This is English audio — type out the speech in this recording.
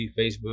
Facebook